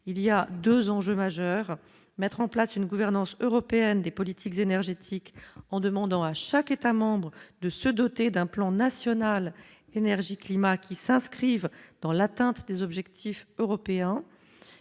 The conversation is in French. il y a 2 enjeux majeurs, mettre en place une gouvernance européenne des politiques énergétiques en demandant à chaque État-membre de se doter d'un plan national énergie-climat qui s'inscrivent dans l'atteinte des objectifs européens